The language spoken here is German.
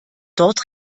dort